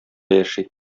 яши